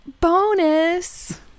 Bonus